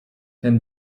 ten